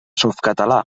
softcatalà